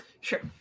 sure